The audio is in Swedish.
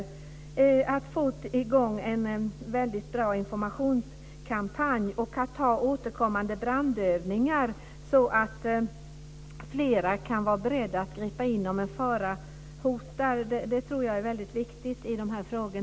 Det gäller att få i gång en väldigt bra informationskampanj och att ha återkommande brandövningar så att fler kan vara beredda att gripa in om en fara hotar. Det tror jag är väldigt viktigt i dessa frågor.